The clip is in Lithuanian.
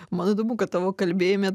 man įdomu kad tavo kalbėjime